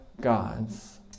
God's